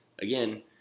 again